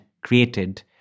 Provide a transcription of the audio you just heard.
created